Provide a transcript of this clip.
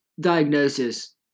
diagnosis